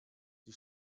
die